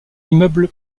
immeuble